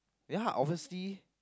ya obviously